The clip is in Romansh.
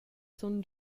sogn